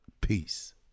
peace